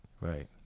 Right